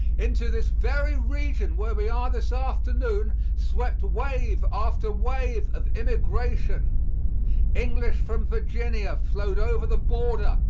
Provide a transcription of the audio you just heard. into this very region where we are this afternoon, swept wave after wave of immigration english from virginia flowed over the border,